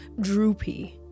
droopy